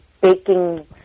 baking